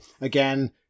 again